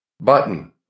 Button